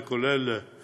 זה כולל את